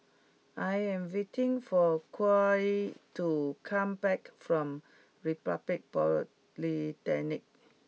I am waiting for Khalil to come back from Republic Polytechnic